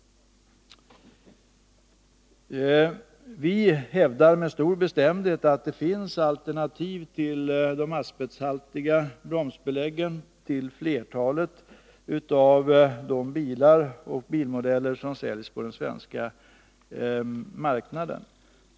Vi hävdar med stor bestämdhet att det finns alternativ till asbesthaltiga bromsbelägg för flertalet av de bilmodeller som säljs på den svenska marknaden.